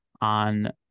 on